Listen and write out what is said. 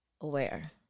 aware